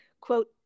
Quote